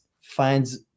finds